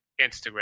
Instagram